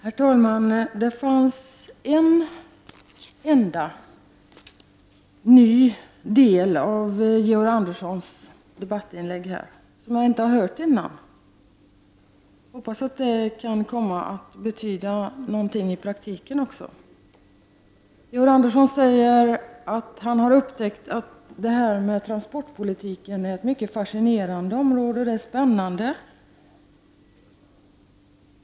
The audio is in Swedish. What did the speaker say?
Herr talman! Det fanns en enda ny del i Georg Anderssons debattinlägg som jag inte har hört förut. Jag hoppas att det kan komma att betyda någonting i praktiken också. Georg Andersson säger att han har upptäckt att transportpolitiken är ett mycket fascinerande område. Det är spännande.